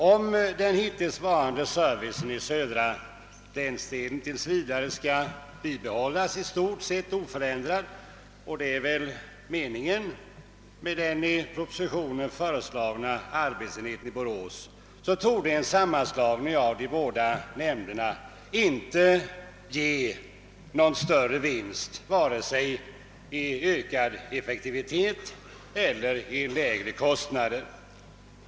Om den hittillsvarande servicen i den södra länsdelen skall förbli i stort sett oförändrad till vidare — och det är väl meningen med den i propositionen föreslagna arbetsenheten i Borås — torde en sammanslagning av de båda nämnderna inte ge någon större vinst vare sig i form av ökad effektivitet eller i lägre kostnader.